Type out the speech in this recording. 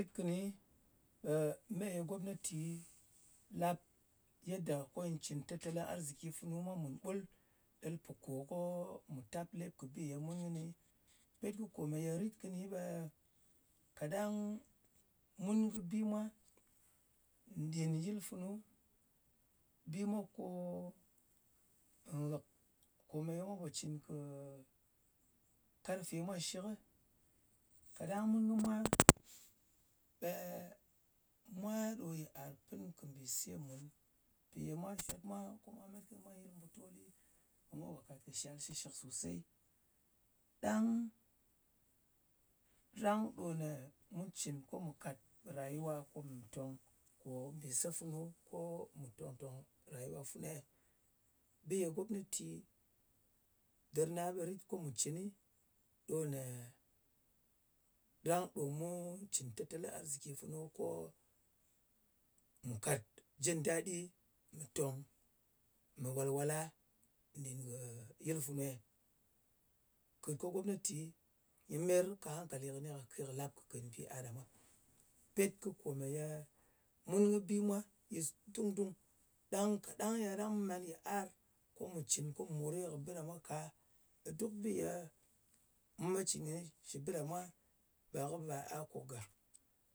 Ritkɨni ɓe meye gomnati lap yadda ko nyɨ cɨn tettelinarziki funu mwa mun ɓul, ɗel pò kò ko mù taplep kɨ bi ye mun kɨni. Pet kɨ komeye rit kɨni ɓe kaɗang mun kɨ bi mwa nɗin yɨl funu. Bi mwa ko nghɨk komeye mwa po cɨn kɨ karfe mwa shɨshɨkɨ, kaɗang mun kɨ mwa, ɓe mwa ɗo yɨar pɨn kɨ mbise mun. Mpi ye mwa shawt mwa ko mwa met kɨ mwa yɨl mbutolɨ, ɓe mwa po kat kɨ shal shɨshɨk sosey. Ɗang rang ɗo ne mu cɨn, ko mù kàt rayuwa ko mu tong po mbìse funu, ko mu tong-tòng rayuwa funuei? Bi ye gomnati dɨr na ɓe bi ye rit ko mù cɨn ɗo ne, rang ɗo mu cɨn tatalin arziki funu ko mù kat jin dadi, mɨ tong, mɨ wàlwàla nɗin yɨl funei? Kɨt ko gomnati nyɨ meyer kɨ hangkali kɨni kake, kèn bi a ɗa mwa. Pet kɨ komeye mun kɨ bi mwa, yis dung-dung. Ɗang kaɗang mu man yɨar ko mu cɨn ko mù more bɨ a ɗa mwa ka, ɓe duk bi ye mu met cɨn kɨni shɨ bɨ ɗa mwa ɓe kɨ bar bi akuk gàk.